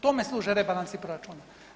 Tome službe rebalansi proračuna.